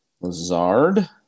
Lazard